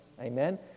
Amen